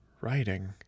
writing